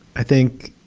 i think,